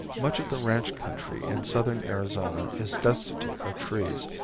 much of the ranch country in southern arizona is destitute of trees,